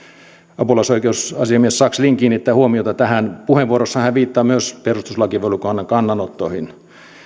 apulaisoikeusasiamies sakslin kiinnittää huomiota tähän puheenvuorossaan hän viittaa myös perustuslakivaliokunnan kannanottoihin